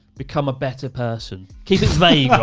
become a better person. keep it vague,